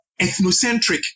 ethnocentric